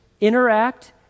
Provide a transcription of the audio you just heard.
interact